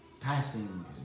passing